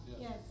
Yes